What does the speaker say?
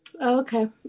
Okay